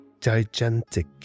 gigantic